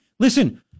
Listen